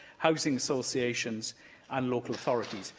housing associations and local authorities.